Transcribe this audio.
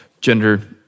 gender